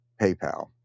PayPal